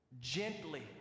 Gently